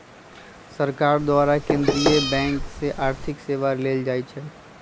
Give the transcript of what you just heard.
सरकार द्वारा केंद्रीय बैंक से आर्थिक सेवा लेल जाइ छइ